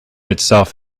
itself